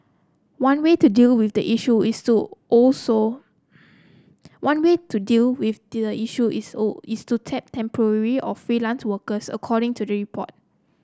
one way to deal with the issue is to also one way to deal with the issue is is to tap temporary or freelance workers according to the report